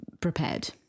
prepared